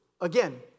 Again